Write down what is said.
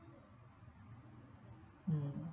mm